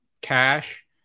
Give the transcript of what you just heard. cash